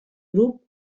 grup